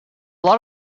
lot